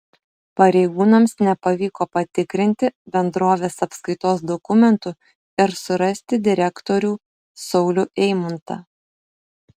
pareigūnams nepavyko patikrinti bendrovės apskaitos dokumentų ir surasti direktorių saulių eimuntą